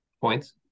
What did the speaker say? Points